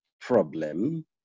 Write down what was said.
problem